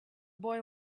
boy